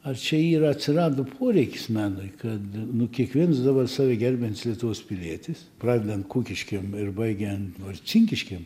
ar čia yra atsirado poreikis menui kad nu kiekvienas dabar save gerbiants lietuvos pilietis pradedant kūkiškėm ir baigiant marcinkiškėm